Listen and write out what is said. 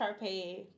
Sharpay